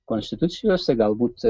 konstitucijose galbūt